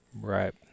Right